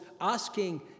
asking